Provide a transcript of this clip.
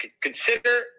consider –